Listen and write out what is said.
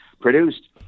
produced